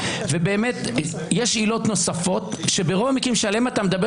ובאמת יש עילות נוספות שברוב המקרים שעליהם אתה מדבר